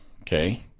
okay